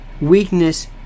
weakness